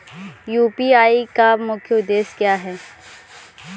UPI का मुख्य उद्देश्य क्या है?